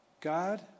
God